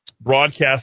broadcast